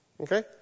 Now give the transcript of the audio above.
Okay